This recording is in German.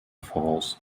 voraus